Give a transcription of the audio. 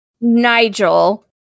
Nigel